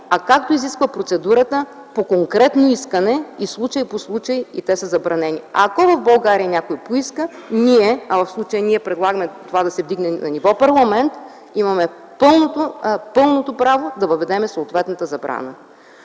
а както изисква процедурата – по конкретни искания, случай по случай. И те са забранени. Ако в България някой поиска, а в случая ние предлагаме нивото да се вдигне до ниво парламент, имаме пълното право да въведем съответната забрана.